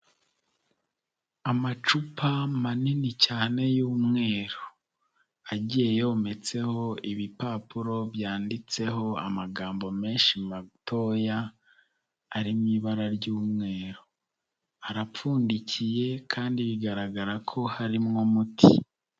Amacupa manini cyane y'umweru, agiye yometseho ibipapuro byanditseho amagambo menshi matoya ari mu ibara ry'umweru. Arapfundikiye kandi bigaragara ko harimo umuti.